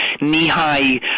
knee-high